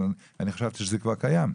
אבל אני חשבתי שזה כבר קיים.